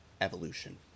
evolution